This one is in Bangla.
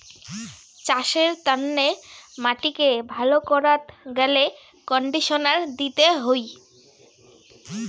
চাসের তন্নে মাটিকে ভালো করাত গ্যালে কন্ডিশনার দিতে হই